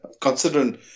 Considering